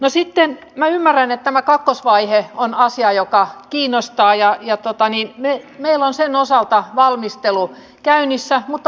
no sitten minä ymmärrän että tämä kakkosvaihe on asia joka kiinnostaa ja meillä on sen osalta valmistelu käynnissä mutta vielä kesken